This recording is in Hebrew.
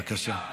בבקשה.